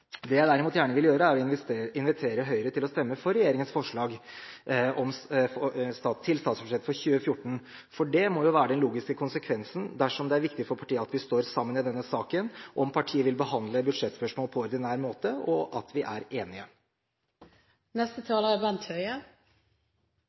Det jeg derimot gjerne vil gjøre, er å invitere Høyre til å stemme for regjeringens forslag til statsbudsjett for 2014. Det må være den logiske konsekvensen dersom det er viktig for partiet at vi står sammen i denne saken – om partiet vil behandle budsjettspørsmål på ordinær måte – og at vi er